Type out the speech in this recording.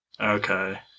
Okay